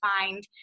find